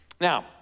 Now